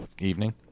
evening